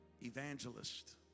evangelist